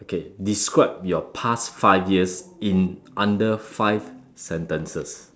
okay describe your past five years in under five sentences